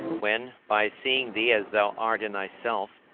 when, by seeing thee as thou art in thyself,